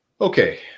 Okay